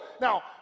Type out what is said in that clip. Now